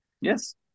Yes